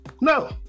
No